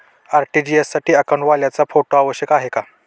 RTGS साठी अकाउंटवाल्याचा photo आवश्यक आहे का?